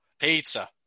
Pizza